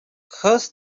curse